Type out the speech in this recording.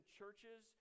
churches